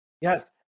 Yes